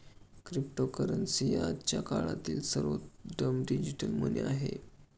cryptocurrency आजच्या काळातील सर्वोत्तम डिजिटल मनी आहे